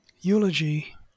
eulogy